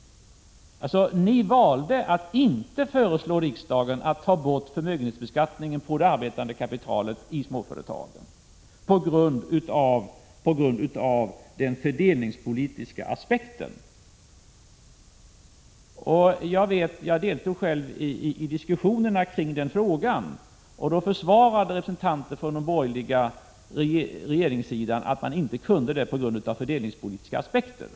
Ni valde att inte föreslå riksdagen att ta bort förmögenhetsbeskattningen på det arbetande kapitalet i småföretagen på grund av den fördelningspolitiska aspekten. Jag deltog själv i diskussionerna i den frågan. Då försvarade sig representanterna för den borgerliga regeringen med att de inte kunde ta bort förmögenhetsbeskattningen på grund av den fördelningspolitiska aspekten.